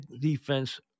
defense